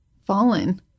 Fallen